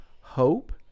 hope